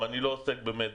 אני לא עוסק בזה,